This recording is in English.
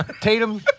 Tatum